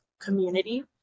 community